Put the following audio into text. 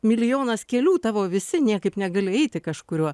milijonas kelių tavo visi niekaip negali eiti kažkuriuo